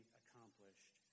accomplished